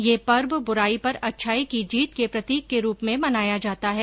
ये पर्व ब्राई पर अच्छाई की जीत के प्रतीक के रूप में मनाया जाता है